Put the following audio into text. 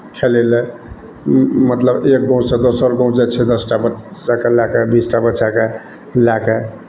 खेलय लेल ओ ओ मतलब एक गाँवसँ दोसर गाँव जाइ छै दस टा बच्चाकेँ लए कऽ बीस टा बच्चाकेँ लए कऽ